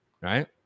right